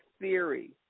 theory